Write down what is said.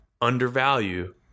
undervalue